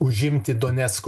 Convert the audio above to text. užimti donecko